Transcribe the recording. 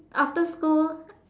after school